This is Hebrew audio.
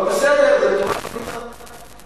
אבל בסדר, זה לטובת המדינה